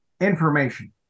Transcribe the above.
Information